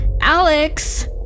Alex